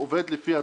עובד לפי הצהרות.